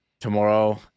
tomorrow